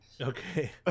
Okay